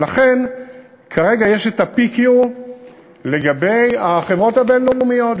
ולכן כרגע יש PQ לגבי החברות הבין-לאומיות.